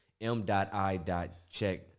m.i.check